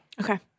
Okay